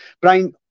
Brian